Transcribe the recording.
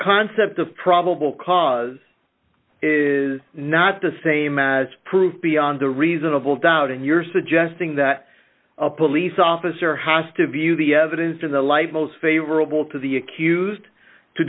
concept of probable cause is not the same as proof beyond a reasonable doubt and you're suggesting that a police officer has to be the evidence in the light most favorable to the accused to